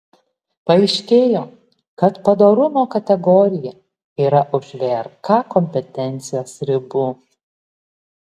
paaiškėjo kad padorumo kategorija yra už vrk kompetencijos ribų